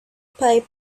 pipe